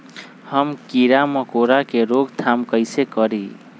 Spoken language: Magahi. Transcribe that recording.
हम किरा मकोरा के रोक थाम कईसे करी?